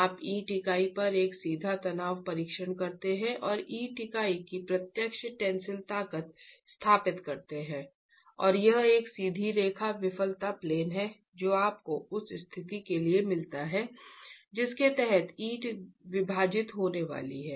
आप ईंट इकाई पर एक सीधा तनाव परीक्षण करते हैं और ईंट इकाई की प्रत्यक्ष टेंसिल ताकत स्थापित करते हैं और यह एक सीधी रेखा विफलता प्लेन है जो आपको उस स्थिति के लिए मिलता है जिसके तहत ईंट विभाजित होने वाली है